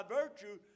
virtue